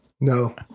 No